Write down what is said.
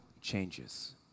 changes